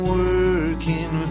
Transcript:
working